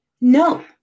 No